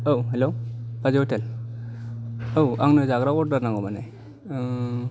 औ हेलौ बाजै हटेल औ आंनो जाग्रा अर्दार नांगौ माने